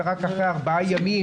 ורק אחרי ארבעה ימים,